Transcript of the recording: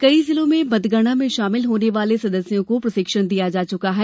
कई जिलों में मतगणना में शामिल होने वाले सदस्यों को प्रशिक्षण दिया जा चुका है